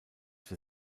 für